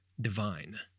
divine